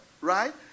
right